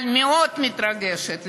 אבל מתרגשת מאוד,